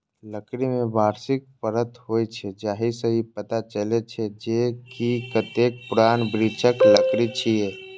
लकड़ी मे वार्षिक परत होइ छै, जाहि सं ई पता चलै छै, जे ई कतेक पुरान वृक्षक लकड़ी छियै